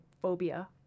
Phobia